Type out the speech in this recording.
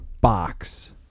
box